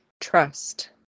trust